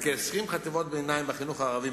בכ-20 חטיבות ביניים בחינוך הערבי,